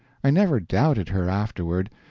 i never doubted her afterward.